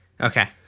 Okay